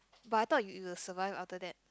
but I thought you will survive after that